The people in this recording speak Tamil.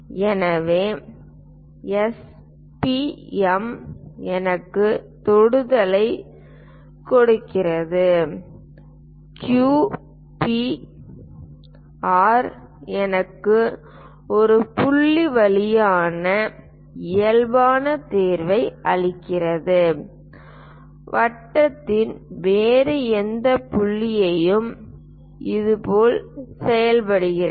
எனவே S P M எனக்கு தொடுதலைக் கொடுக்கிறது Q P R எனக்கு புள்ளி P வழியாக இயல்பான தேர்வை அளிக்கிறது வட்டத்தின் வேறு எந்த புள்ளியும் இதேபோல் செயல்படுகிறது